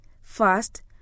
First